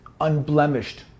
unblemished